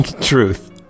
Truth